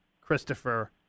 Christopher